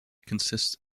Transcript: consists